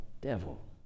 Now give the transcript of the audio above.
devil